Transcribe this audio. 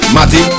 Matty